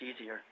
easier